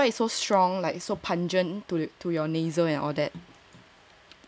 that's why it's yeah that's why it's so strong like so pungent to to your nasal and all that